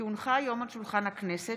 כי הונחה היום על שולחן הכנסת,